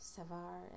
Savar